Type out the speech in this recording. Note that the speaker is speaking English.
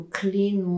clean